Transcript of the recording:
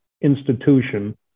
institution